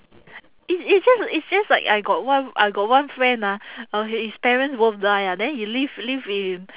it's it's just it's just like I got one I got one friend ah uh his both parents die ah then he live live in